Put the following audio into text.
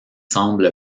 semble